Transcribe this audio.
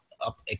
up